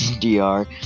DR